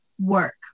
work